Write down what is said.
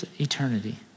eternity